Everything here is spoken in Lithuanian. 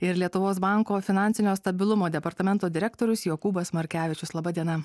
ir lietuvos banko finansinio stabilumo departamento direktorius jokūbas markevičius laba diena